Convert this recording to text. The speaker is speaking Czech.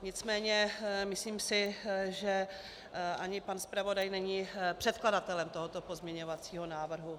Nicméně myslím, že ani pan zpravodaj není předkladatelem tohoto pozměňujícího návrhu.